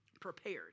prepared